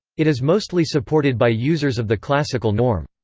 it is mostly supported by users of the classical norm.